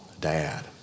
dad